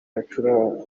yacurangaga